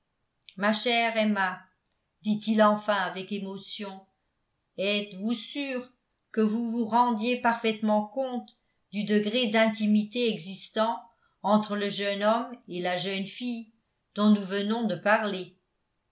ma chère emma dit-il enfin avec émotion êtes-vous sûre que vous vous rendiez parfaitement compte du degré d'intimité existant entre le jeune homme et la jeune fille dont nous venons de parler